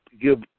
give